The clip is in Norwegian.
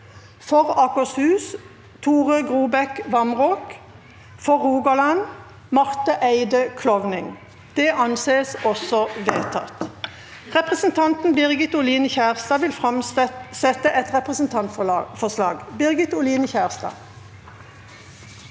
For Akershus: Tore Grobæk Vamraak For Rogaland: Marte Eide Klovning Presidenten Representanten Birgit Oli- ne Kjerstad vil framsette et representantforslag. Birgit Oline Kjerstad